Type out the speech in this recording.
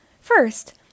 first